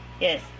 Yes